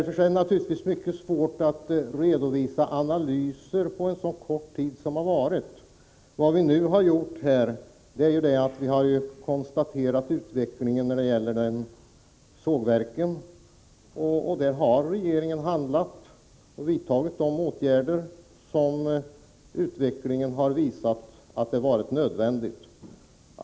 Det är naturligtvis mycket svårt att redovisa analyser när det har varit fråga om så kort tid. Vad vi nu har gjort är att vi har konstaterat utvecklingen när det gäller sågverken. På det området har regeringen handlat och vidtagit de åtgärder som utvecklingen har visat vara nödvändiga.